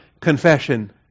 confession